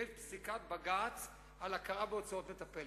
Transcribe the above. יש פסיקת בג"ץ על הכרה בהוצאות מטפלת.